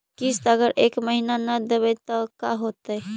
किस्त अगर एक महीना न देबै त का होतै?